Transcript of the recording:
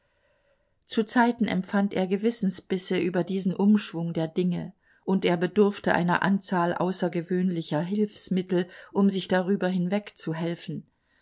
zuzeiten empfand er gewissensbisse über diesen umschwung der dinge und er bedurfte einer anzahl außergewöhnlicher hilfsmittel um sich darüber hinweg